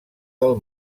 del